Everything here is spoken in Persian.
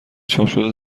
چاپشده